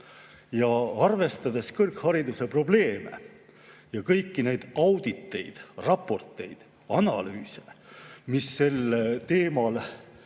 Arvestades kõrghariduse probleeme ja kõiki neid auditeid, raporteid, analüüse, mis sel teemal